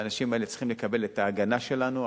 והאנשים האלה צריכים לקבל את ההגנה שלנו,